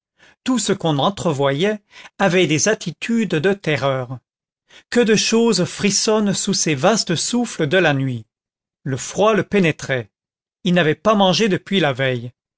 tout ce qu'on entrevoyait avait des attitudes de terreur que de choses frissonnent sous ces vastes souffles de la nuit le froid le pénétrait il n'avait pas mangé depuis la veille